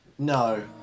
No